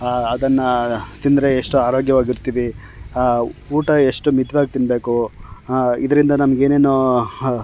ಅದನ್ನು ತಿಂದರೆ ಎಷ್ಟು ಆರೋಗ್ಯವಾಗಿರ್ತೀವಿ ಊಟ ಎಷ್ಟು ಮಿತ್ವಾಗಿ ತಿನ್ನಬೇಕು ಇದರಿಂದ ನಮಗೇನೇನು